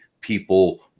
people